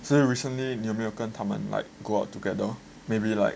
so recently 你有没有跟他们 like go out together maybe like